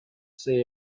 say